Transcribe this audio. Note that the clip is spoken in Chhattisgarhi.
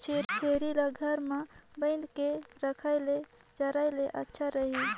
छेरी ल घर म बांध के खवाय ले चराय ले अच्छा रही?